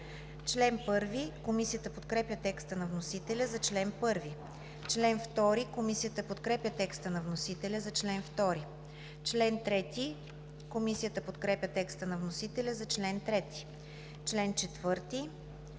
първа. Комисията подкрепя текста на вносителя за чл. 1. Комисията подкрепя текста на вносителя за чл. 2. Комисията подкрепя текста на вносителя за чл. 4,